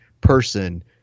person